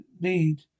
need